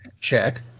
check